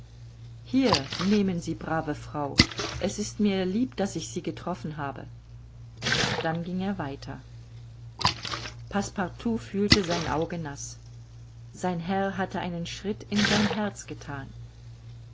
hier nehmen sie brave frau es ist mir lieb daß ich sie getroffen habe dann ging er weiter passepartout fühlte sein auge naß sein herr hatte einen schritt in sein herz gethan